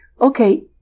okay